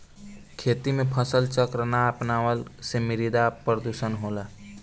खेती में फसल चक्र ना अपनवला से मृदा प्रदुषण होला